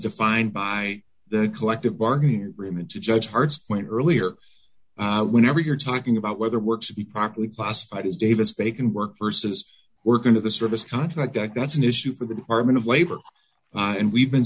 defined by the collective bargaining agreement to judge hart's point earlier whenever you're talking about whether work to be properly classified is davis bacon work versus we're going to the service contract act that's an issue for the department of labor and we've been